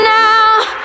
now